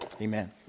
amen